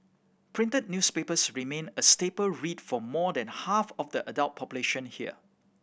printed newspapers remain a staple read for more than half of the adult population here